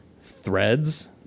Threads